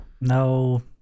No